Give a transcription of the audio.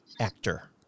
actor